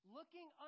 Looking